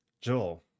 Joel